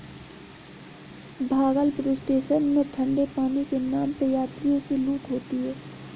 Bhagalpur station में ठंडे पानी के नाम पे यात्रियों से लूट होती है